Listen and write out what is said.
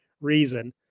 reason